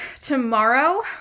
tomorrow